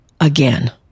again